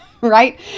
right